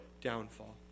downfall